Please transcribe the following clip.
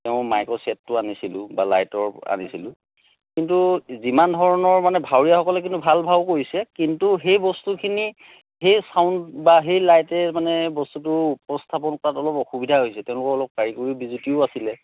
তেওঁৰ মাইকৰ চেটটো আনিছিলোঁ বা লাইটৰ আনিছিলোঁ কিন্তু যিমান ধৰণৰ মানে ভাৱৰীয়াসকলে কিন্তু ভাল ভাও কৰিছে কিন্তু সেই বস্তুখিনি সেই ছাউণ্ড বা সেই লাইটে মানে বস্তুটো উপস্থাপন কৰাত অলপ অসুবিধা হৈছে তেওঁলোকৰ অলপ কাৰিকৰি বিজুতিও আছিলে